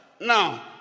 Now